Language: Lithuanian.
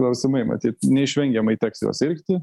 klausimai matyt neišvengiamai teks juo sirgti